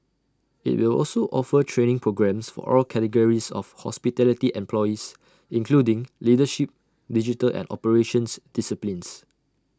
IT will also offer training programmes for all categories of hospitality employees including leadership digital and operations disciplines